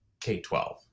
K-12